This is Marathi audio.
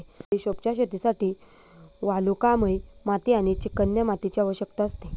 बडिशोपच्या शेतीसाठी वालुकामय माती आणि चिकन्या मातीची आवश्यकता असते